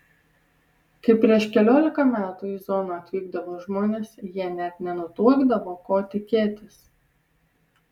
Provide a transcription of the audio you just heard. kai prieš keliolika metų į zoną atvykdavo žmonės jie net nenutuokdavo ko tikėtis